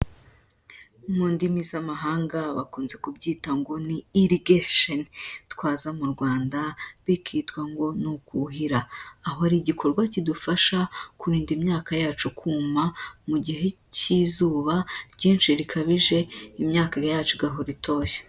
Mu ndimi z'amahanga bakunze kubyita ngo ni irrigation. Twaza mu Rwanda bikitwa ngo ni ukuhira. Aho ari igikorwa kidufasha kurinda imyaka yacu kuma mu gihe cy'izuba ryinshi rikabije, imyaka yacu igahora itoshye.